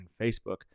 Facebook